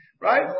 Right